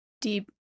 deep-